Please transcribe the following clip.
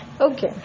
Okay